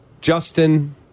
Justin